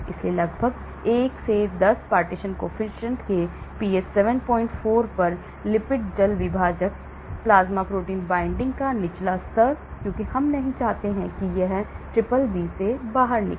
इसलिए लगभग 1 से 10 partition coefficient के pH 74 पर लिपिड जल विभाजन प्लाज्मा प्रोटीन binding का निचला स्तर क्योंकि हम नहीं चाहते कि यह BBB से बाहर निकले